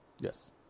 Yes